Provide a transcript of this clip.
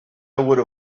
would